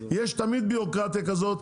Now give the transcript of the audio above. יש תמיד בירוקרטיה כזאת.